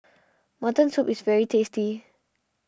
Mutton Soup is very tasty